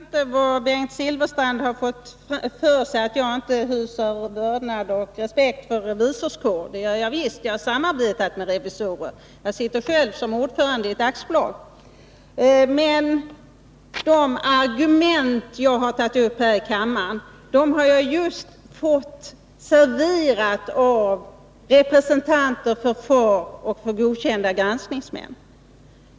Herr talman! Jag förstår inte att Bengt Silfverstrand har fått för sig att jag inte hyser vördnad och respekt för revisorskåren. Det gör jag visst. Jag har samarbetat med revisorer. Jag sitter själv som ordförande i ett aktiebolag. Men de argument jag har tagit upp i kammaren har jag fått serverade av representanter för FAR och för godkända granskningsmän.